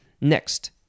Next